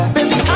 Baby